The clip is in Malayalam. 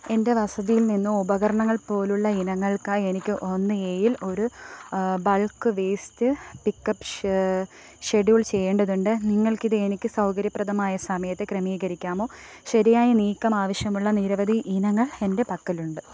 എൻ്റെ വസതിയിൽ നിന്ന് ഉപകരണങ്ങൾ പോലുള്ള ഇനങ്ങൾക്കായി എനിക്ക് ഒന്ന് എയിൽ ഒരു ബൾക്ക് വേസ്റ്റ് പിക്കപ്പ് ഷെഡ്യൂൾ ചെയ്യേണ്ടതുണ്ട് നിങ്ങൾക്കിത് എനിക്ക് സൗകര്യപ്രദമായ സമയത്ത് ക്രമീകരിക്കാമോ ശരിയായ നീക്കം ആവശ്യമുള്ള നിരവധി ഇനങ്ങൾ എൻ്റെ പക്കലുണ്ട്